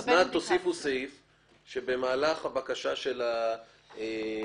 תוסיפו סעיף כך שבמהלך הבקשה של אותו